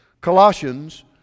Colossians